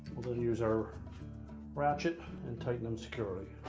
we'll then use our ratchet and tighten them securely